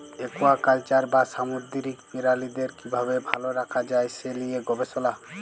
aquaculture বা সামুদ্দিরিক পিরালিদের কিভাবে ভাল রাখা যায় সে লিয়ে গবেসলা